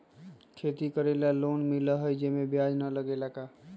खेती करे ला लोन मिलहई जे में ब्याज न लगेला का?